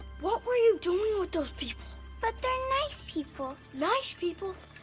what were you doing with those people? but, they are nice people. nice people?